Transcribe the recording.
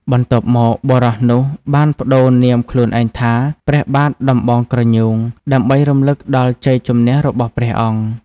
បន្ទាប់មក បុរសនោះបានប្តូរនាមខ្លួនឯងថា ព្រះបាទដំបងក្រញូង ដើម្បីរំលឹកដល់ជ័យជម្នះរបស់ព្រះអង្គ ។